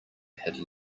had